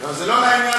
זה לא לעניין,